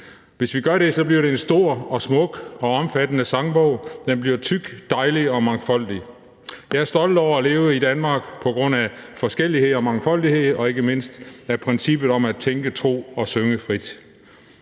ensretningen, bliver det en stor og smuk og omfattende sangbog, den bliver tyk, dejlig og mangfoldig. Jeg er stolt over at leve i Danmark på grund af forskellighed og mangfoldighed og ikke mindst på grund af princippet om at tænke, tro og synge frit